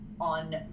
on